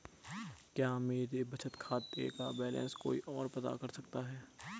क्या मेरे बचत खाते का बैलेंस कोई ओर पता कर सकता है?